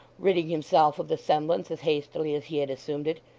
ridding himself of the semblance as hastily as he had assumed it.